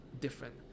different